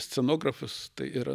scenografas tai yra